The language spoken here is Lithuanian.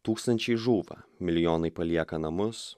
tūkstančiai žūva milijonai palieka namus